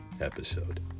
episode